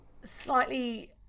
slightly